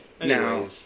Now